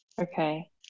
Okay